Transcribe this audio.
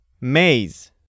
maze